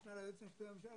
המשנה ליועץ המשפטי לממשלה,